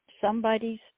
somebody's